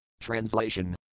Translation